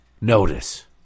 notice